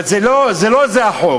אבל זה לא זה, החוק.